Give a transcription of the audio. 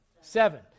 Seven